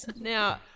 Now